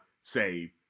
say